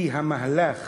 כי המהלך